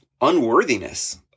unworthiness